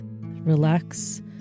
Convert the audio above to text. relax